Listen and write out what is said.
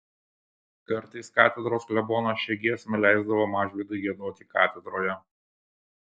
kartais katedros klebonas šią giesmę leisdavo mažvydui giedoti katedroje